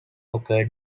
occur